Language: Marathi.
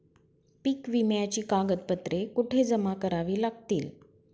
पीक विम्याची कागदपत्रे कुठे जमा करावी लागतील?